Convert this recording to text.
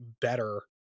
better